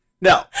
No